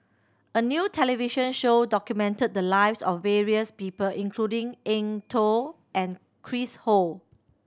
a new television show documented the lives of various people including Eng Tow and Chris Ho